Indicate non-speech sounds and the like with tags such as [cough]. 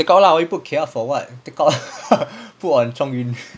take out lah why you put kaeye for what take out lah [laughs] put on chong yun